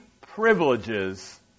privileges